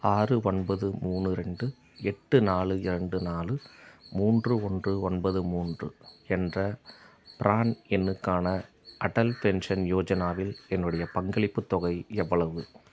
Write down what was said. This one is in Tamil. ஆறு ஒன்பது மூணு ரெண்டு எட்டு நாலு இரண்டு நாலு மூன்று ஒன்று ஒன்பது மூன்று என்ற ப்ரான் எண்ணுக்கான அடல் பென்ஷன் யோஜனாவில் என்னுடைய பங்களிப்புத் தொகை எவ்வளவு